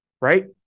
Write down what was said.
Right